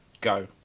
Go